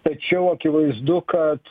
tačiau akivaizdu kad